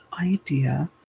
idea